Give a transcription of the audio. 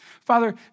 Father